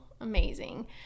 amazing